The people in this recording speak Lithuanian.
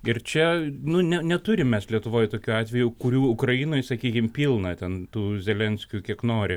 ir čia nu ne neturim mes lietuvoj tokių atvejų kurių ukrainoj sakykim pilna ten tų zelenskių kiek nori